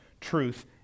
truth